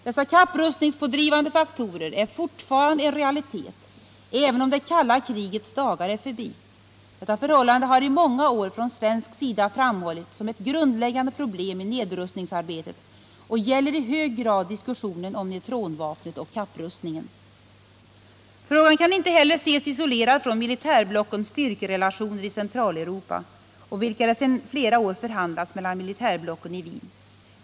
; Dessa kapprustningspådrivande faktorer är fortfarande en realitet även om det kalla krigets dagar är förbi. Detta förhållande har i många år från svensk sida framhållits som ett grundläggande problem i nedrustningsarbetet och gäller i hög grad diskussionen om neutronvapnet och kapprustningen. Frågan kan inte heller ses isolerad från militärblockens styrkerelationer i Centraleuropa, om vilka det sedan flera år förhandlas mellan militärblocken i Wien.